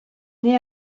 née